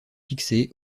fixé